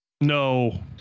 No